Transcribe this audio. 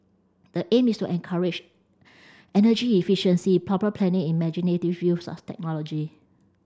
the aim is to encourage energy efficiency proper planning imaginative use of technology